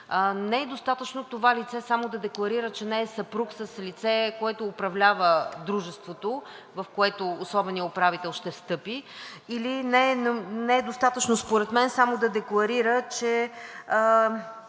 Не е достатъчно това лице само да декларира, че не е съпруг с лице, което управлява дружеството, в което ще встъпи особеният управител, или не е достатъчно според мен само да декларира, че